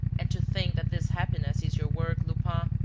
and to think that this happiness is your work, lupin!